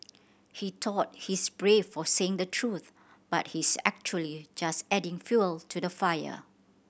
he thought he's brave for saying the truth but he's actually just adding fuel to the fire